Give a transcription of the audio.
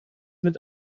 mit